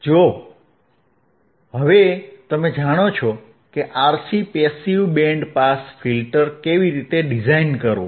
તો હવે તમે જાણો છો કે RC passive band pass filter કેવી રીતે ડિઝાઇન કરવું